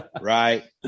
right